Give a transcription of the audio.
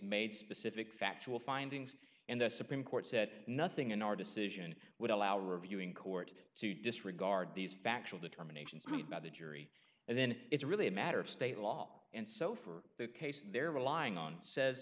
made specific factual findings and the supreme court said nothing in our decision would allow reviewing court to disregard these factual determination screwed by the jury and then it's really a matter of state law and so for the cases they're relying on says